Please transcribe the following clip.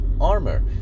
armor